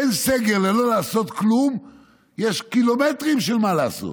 בין סגר ללא לעשות כלום יש קילומטרים של מה לעשות.